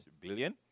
billion